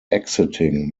exiting